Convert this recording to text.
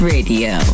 Radio